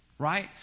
Right